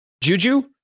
Juju